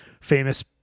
famous